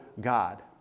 God